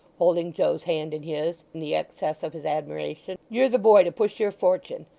holding joe's hand in his, in the excess of his admiration. you're the boy to push your fortune.